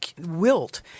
wilt